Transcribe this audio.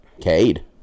Cade